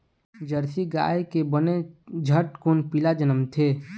Jersey गाय के बने झटकुन पिला जनमथे